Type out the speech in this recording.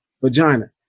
vagina